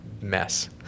mess